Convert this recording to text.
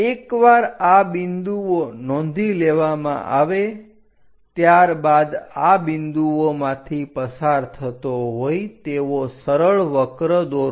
એકવાર આ બિંદુઓ નોંધી લેવામાં આવે ત્યારબાદ આ બિંદુઓમાંથી પસાર થતો હોય તેવો સરળ વક્ર દોરો